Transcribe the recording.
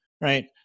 right